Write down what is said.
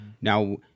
Now